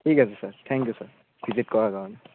ঠিক আছে sir thank you sir visit কৰাৰ কাৰণে